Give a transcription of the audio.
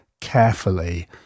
carefully